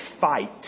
fight